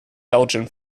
belgian